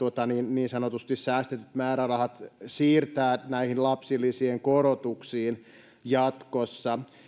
niin sanotusti säästetyt määrärahat siirtää näihin lapsilisien korotuksiin jatkossa